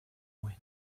wind